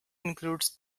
includes